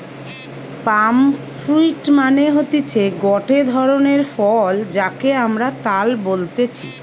পাম fruit মানে হতিছে গটে ধরণের ফল যাকে আমরা তাল বলতেছি